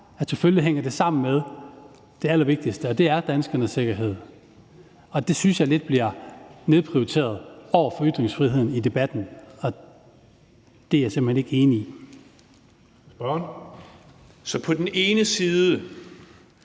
det selvfølgelig hænger sammen med det allervigtigste, og det er danskernes sikkerhed, og det synes jeg lidt bliver nedprioriteret over for ytringsfriheden i debatten. Det er jeg simpelt hen ikke enig i. Kl. 19:06 Tredje